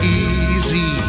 easy